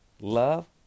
love